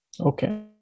Okay